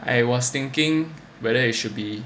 I was thinking whether it should be